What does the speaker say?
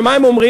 ומה הם אומרים?